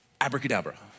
Abracadabra